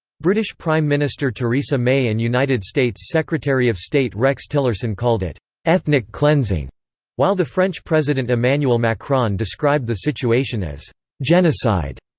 british prime minister theresa may and united states secretary of state rex tillerson called it ethnic cleansing while the french president emanuel macron described the situation as genocide.